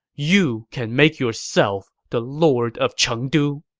you can make yourself the lord of chengdu.